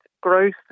growth